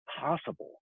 possible